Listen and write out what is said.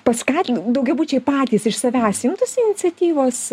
paskatin daugiabučiai patys iš savęs imtųsi iniciatyvos